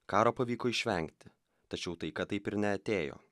karo pavyko išvengti tačiau taika taip ir neatėjo